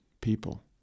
people